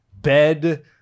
bed